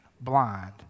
blind